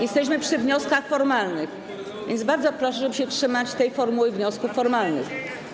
Jesteśmy przy wnioskach formalnych, więc bardzo proszę, żeby trzymać się formuły wniosków formalnych.